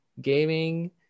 gaming